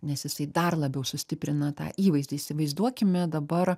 nes jisai dar labiau sustiprina tą įvaizdį įsivaizduokime dabar